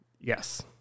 Yes